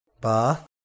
Bath